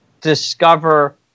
discover